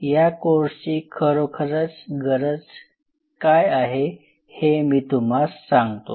या कोर्सची खरोखरच गरज काय आहे हे मी तुम्हास सांगतो